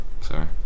Sorry